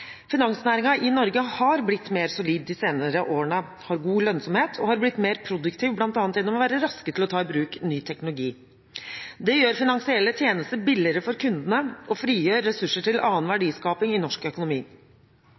i Norge har blitt mer solid de senere årene, har god lønnsomhet og har blitt mer produktiv, bl.a. gjennom å være raske til å ta i bruk ny teknologi. Det gjør finansielle tjenester billigere for kundene og frigjør ressurser til annen verdiskaping i norsk økonomi.